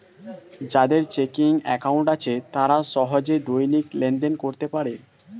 যাদের checking account আছে তারা সহজে দৈনিক লেনদেন করতে পারে